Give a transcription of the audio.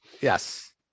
Yes